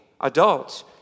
Adults